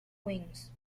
wings